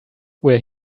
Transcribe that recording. where